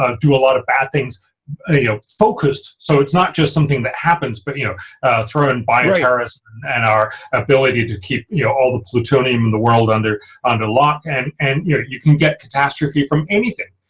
ah do a lot of bad things ah you know, focused so it's not just something that happens but you know throw in buying terrorists and our ability to keep you know all the plutonium in the world under under lock and and you can get catastrophe from anything.